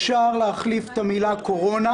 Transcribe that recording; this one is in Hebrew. אפשר להחליף את המילה קורונה